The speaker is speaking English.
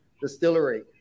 distillery